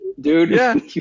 dude